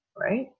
right